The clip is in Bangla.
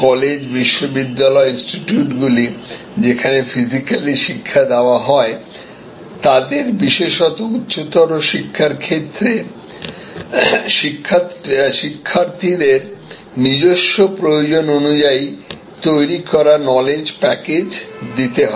কলেজ বিশ্ববিদ্যালয় ইনস্টিটিউটগুলি যেখানে ফিজিক্যালি শিক্ষা দেওয়া হয় তাদের বিশেষত উচ্চতর শিক্ষার ক্ষেত্রে শিক্ষার্থীদের নিজস্ব প্রয়োজন অনুযায়ী তৈরি করা নলেজ প্যাকেজ দিতে হবে